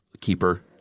keeper